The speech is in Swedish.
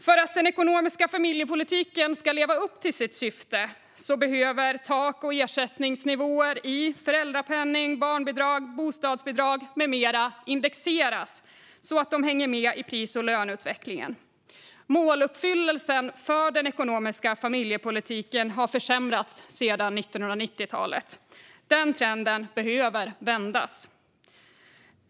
För att den ekonomiska familjepolitiken ska leva upp till sitt syfte behöver tak och ersättningsnivåerna i föräldrapenning, barnbidrag, bostadsbidrag med mera indexeras så att de hänger med i pris och löneutvecklingen. Måluppfyllelsen för den ekonomiska familjepolitiken har försämrats sedan 1990-talet. Den trenden behöver vändas.